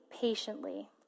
patiently